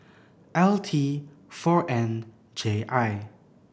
L T four N J I